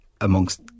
amongst